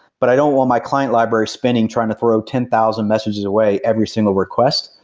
but i don't want my client library spinning trying to throw ten thousand messages away every single request.